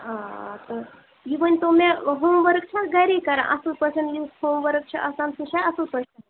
آ تہٕ یہِ ؤنۍتو مےٚ ہوم ؤرٕک چھےٚ گری کران اَصٕل پٲٹھۍ یِم ہوم ؤرٕک چھِ آسان سُہ چھےٚ اَصٕل پٲٹھۍ